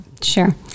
Sure